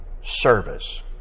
service